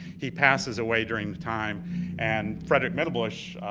he passes away during the time and frederick middlebush,